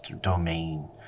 domain